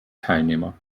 teilnehmer